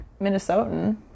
Minnesotan